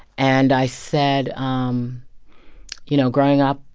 and i said um you know, growing up,